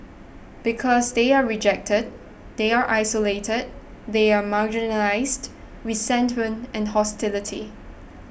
because they are rejected they are isolated they are marginalised resentment and hostility